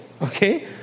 Okay